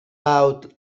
out